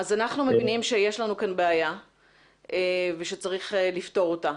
אנחנו מבינים שיש לנו כאן בעיה ושצריך לפתור אותה.